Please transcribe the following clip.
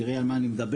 תראי על מה אני מדבר,